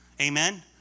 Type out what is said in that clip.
amen